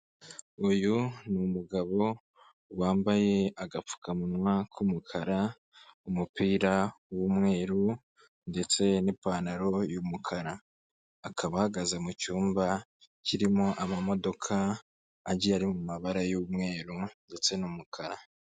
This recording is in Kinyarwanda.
Uyu ni umugabo wambaye agapfukamunwa k'umukara, umupira w'umweru ndetse n'ipantaro y'umukara, akaba ahagaze mu cyumba kirimo amamodoka agiye ari mu mabara y'umweru ndetse n'umukara.